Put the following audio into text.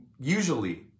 Usually